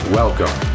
welcome